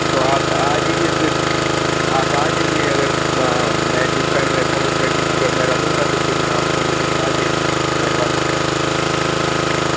تو آپ آ جائیے پھر آپ آ جائیے اگر میں جس ٹائم رہتا ہوں اس ٹائم اگر میں رہوں گا تو پھر میں آپ کو لے کر جا کے کروا دوں گا